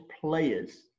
players